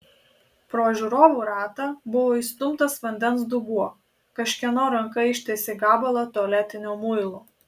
pro žiūrovų ratą buvo įstumtas vandens dubuo kažkieno ranka ištiesė gabalą tualetinio muilo